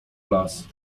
las